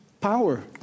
power